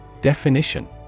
Definition